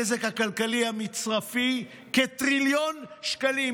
הנזק הכלכלי המצרפי, כטריליון שקלים.